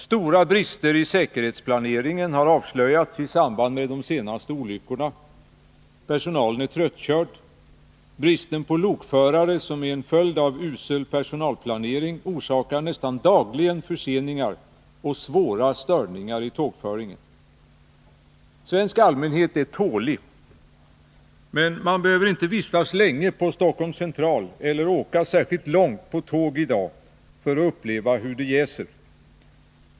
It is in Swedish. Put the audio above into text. Stora brister i säkerhetsplaneringen har avslöjats i samband med de senaste olyckorna. Personalen är tröttkörd. Bristen på lokförare, som är en följd av usel personalplanering, orsakar nästan dagligen förseningar och svåra störningar i tågföringen. Svensk allmänhet är tålig. Men man behöver inte vistas länge på Stockholms Central eller åka särskilt långt på tåg för att uppleva hur det jäser.